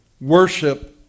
worship